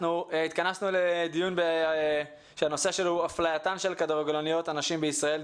התכנסנו לדיון שהנושא שלו הוא הפלייתן של כדורגלניות הנשים בישראל,